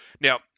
Now